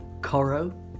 Coro